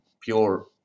pure